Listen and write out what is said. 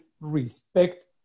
respect